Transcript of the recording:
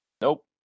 Nope